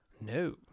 No